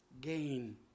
gain